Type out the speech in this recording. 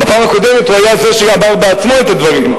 בפעם הקודמת הוא היה זה שאמר בעצמו את הדברים,